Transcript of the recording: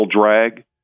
drag